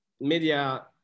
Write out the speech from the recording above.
media